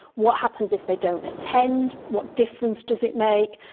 what happens if they don't attend, what difference does it make?